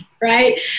right